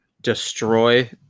destroy